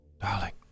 Darling